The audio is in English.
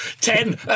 ten